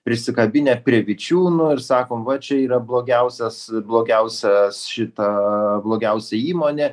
prisikabinę prie vičiūnų ir sakom va čia yra blogiausias blogiausias šitą blogiausia įmonė